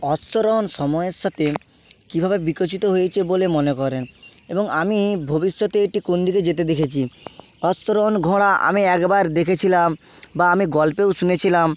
অশ্বারোহণ সময়ের সাথে কীভাবে বিকশিত হয়েছে বলে মনে করেন এবং আমি ভবিষ্যতে এটি কোনদিকে যেতে দেখেছি অশ্বারোহণ ঘোড়া আমি একবার দেখেছিলাম বা আমি গল্পেও শুনেছিলাম